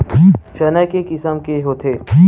चना के किसम के होथे?